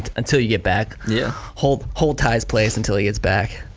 until you get back. yeah hold hold ty's place until he gets back.